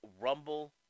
Rumble